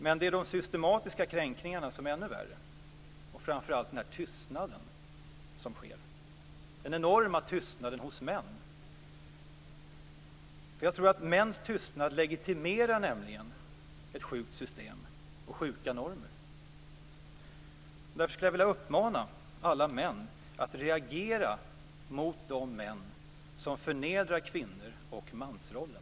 Men de systematiska kränkningarna är ännu värre. Det är framför allt också tystnaden, den enorma tystnaden hos män. Mäns tystnad legitimerar nämligen ett sjukt system och sjuka normer. Därför skulle jag vilja uppmana alla män att reagera mot de män som förnedrar kvinnor och mansrollen.